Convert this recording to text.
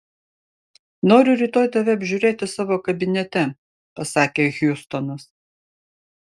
noriu rytoj tave apžiūrėti savo kabinete pasakė hjustonas